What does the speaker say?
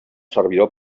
servidor